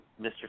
Mr